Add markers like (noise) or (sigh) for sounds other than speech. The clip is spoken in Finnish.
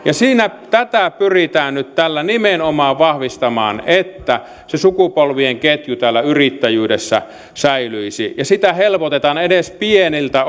nimenomaan tätä pyritään nyt tällä vahvistamaan että se sukupolvien ketju yrittäjyydessä säilyisi sitä helpotetaan edes pieniltä (unintelligible)